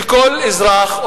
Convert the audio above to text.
שכל אזרח,